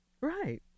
Right